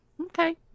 Okay